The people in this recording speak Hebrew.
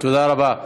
תודה רבה.